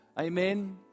Amen